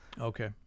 Okay